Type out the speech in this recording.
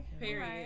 Period